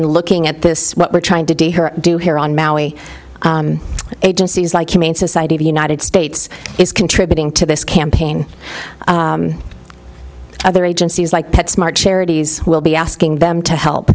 and looking at this what we're trying to do here on maui agencies like humane society of united states is contributing to this campaign other agencies like pet smart charities will be asking them to help